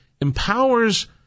empowers